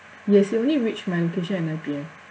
yes it only reach my location at nine P_M